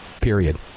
period